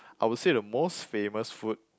I would say the most famous food